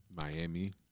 Miami